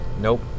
nope